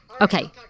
Okay